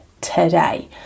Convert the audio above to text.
today